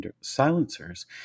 silencers